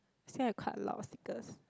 still have quite a lot of stickers